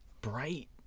bright